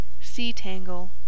sea-tangle